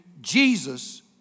Jesus